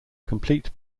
complete